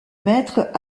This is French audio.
maîtres